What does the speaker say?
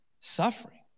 Suffering